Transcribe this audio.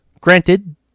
Granted